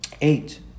eight